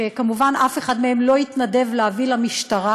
שכמובן אף אחד מהם לא התנדב להביא למשטרה,